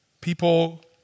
people